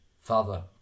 Father